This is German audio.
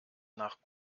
nach